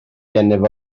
gennyf